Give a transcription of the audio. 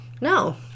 No